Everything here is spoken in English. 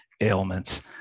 ailments